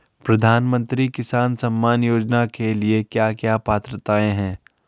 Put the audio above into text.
प्रधानमंत्री किसान सम्मान योजना के लिए क्या क्या पात्रताऐं हैं?